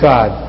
God